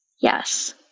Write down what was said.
Yes